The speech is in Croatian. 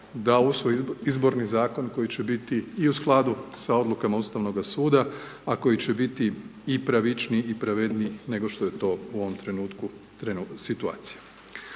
da usvoje izborni zakon koji će biti i u skladu sa odlukama Ustavnoga suda, a koji će biti i pravičniji i pravedniji nego što je to u ovom trenutku trenu situacija.